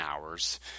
hours